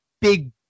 big